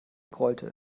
grollte